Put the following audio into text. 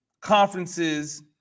conferences